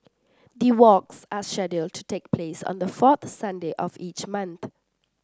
the walks are scheduled to take place on the fourth Sunday of each month